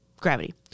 gravity